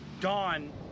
dawn